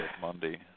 Monday